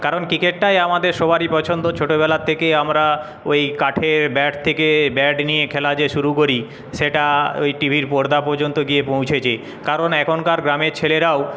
কারণ ক্রিকেটটাই আমাদের সবারই পছন্দ ছোটবেলা থেকেই আমরা ওই কাঠের ব্যাট থেকে ব্যাট নিয়ে খেলা যে শুরু করি সেটা ওই টিভির পর্দা পর্যন্ত গিয়ে পৌঁচেছে কারণ এখনকার গ্রামের ছেলেরাও